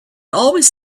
always